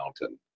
mountain